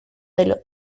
del